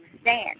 stand